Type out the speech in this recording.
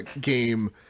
game